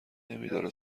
نمیداره